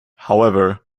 however